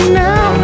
now